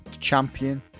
champion